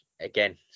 again